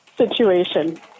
situation